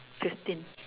fifteen